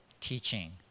teaching